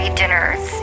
dinners